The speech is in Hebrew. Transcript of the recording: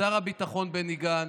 שר הביטחון בני גנץ,